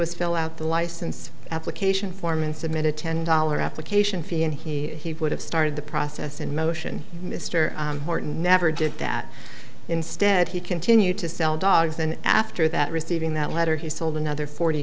is fill out the license application form and submit a ten dollars application fee and he would have started the process in motion mr morton never did that instead he continued to sell dogs and after that receiving that letter he sold another forty